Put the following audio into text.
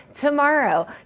tomorrow